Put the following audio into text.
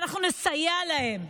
שאנחנו נסייע להם.